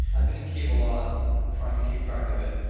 i've been in kyiv a lot trying to keep track of it.